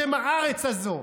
בשם הארץ הזו,